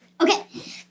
Okay